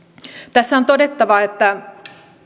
tässä on todettava että